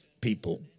people